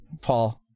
Paul